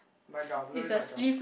night gown don't tell me night gown